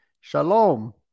Shalom